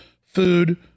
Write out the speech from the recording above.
food